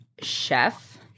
chef